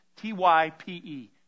T-Y-P-E